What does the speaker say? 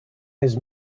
his